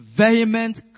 vehement